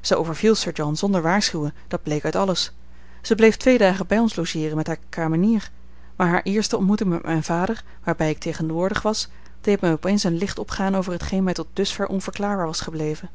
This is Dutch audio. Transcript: zij overviel sir john zonder waarschuwen dat bleek uit alles zij bleef twee dagen bij ons logeeren met hare kamenier maar hare eerste ontmoeting met mijn vader waarbij ik tegenwoordig was deed mij opeens een licht opgaan over t geen mij tot dusver onverklaarbaar was gebleven